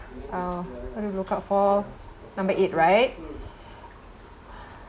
oh what do I look out for number eight right